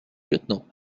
lieutenant